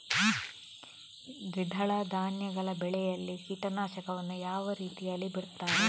ದ್ವಿದಳ ಧಾನ್ಯಗಳ ಬೆಳೆಯಲ್ಲಿ ಕೀಟನಾಶಕವನ್ನು ಯಾವ ರೀತಿಯಲ್ಲಿ ಬಿಡ್ತಾರೆ?